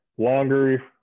longer